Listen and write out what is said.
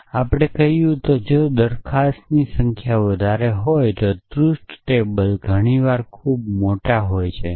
અને આપણે કહ્યું હતું કે જો પ્રોપોજીશનની સંખ્યા વધારે હોય તો ટ્રુથ ટેબલ ઘણી વાર ખૂબ મોટા હોય છે